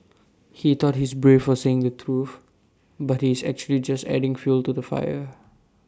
he thought he's brave for saying the truth but he's actually just adding fuel to the fire